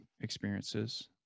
experiences